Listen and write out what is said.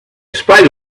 spite